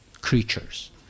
creatures